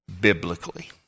biblically